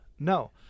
No